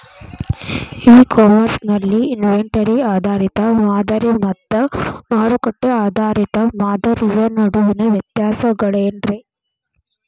E commerce ನಲ್ಲಿ inventory ಆಧಾರಿತ ಮಾದರಿ ಮತ್ತ ಮಾರುಕಟ್ಟೆ ಆಧಾರಿತ ಮಾದರಿಯ ನಡುವಿನ ವ್ಯತ್ಯಾಸಗಳೇನ ರೇ?